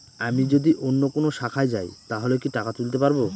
আমি যদি অন্য কোনো শাখায় যাই তাহলে কি টাকা তুলতে পারব?